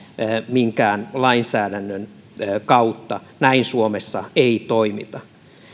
minkään lainsäädännön kautta näin suomessa ei toimita